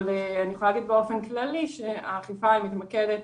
אני יכולה להגיד באופן כלל שהאכיפה מתמקדת